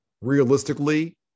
Realistically